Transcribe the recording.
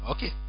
Okay